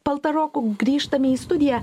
paltaroku grįžtame į studiją